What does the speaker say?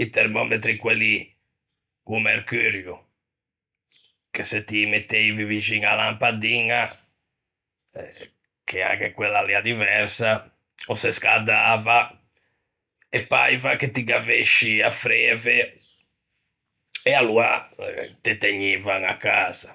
i termòmetri quelli co-o mercurio, che se ti î metteivi vixin a-a lampadiña, che anche quella a l'ea diversa, o se scädava, e paiva che ti gh'avësci a freve e aloa te tegnivan à casa.